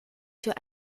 für